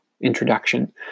introduction